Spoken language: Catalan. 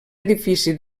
edifici